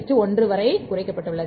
33 1 வரை குறைக்கப்பட்டுள்ளது